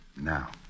Now